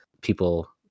people